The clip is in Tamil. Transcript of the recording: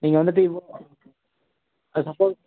நீங்கள் வந்துவிட்டு இவ்வளோ